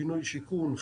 בינוי שיכון,